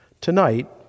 Tonight